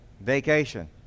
Vacation